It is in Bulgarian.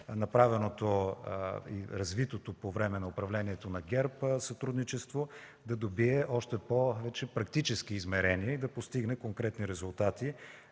направеното и развитото по време на управлението на ГЕРБ сътрудничество да добие още повече практически измерения и да постигне конкретни резултати.